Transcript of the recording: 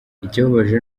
ikibabaje